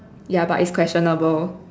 ya but is questionable